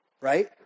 right